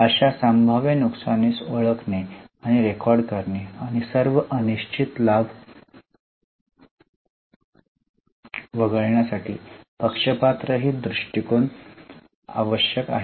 अशा संभाव्य नुकसानास ओळखणे आणि रेकॉर्ड करणे आणि सर्व अनिश्चित लाभ वगळण्यासाठी पक्षपातरहित दृष्टीकोन आवश्यक आहे